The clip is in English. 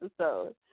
episode